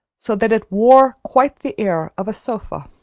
so that it wore quite the air of a sofa.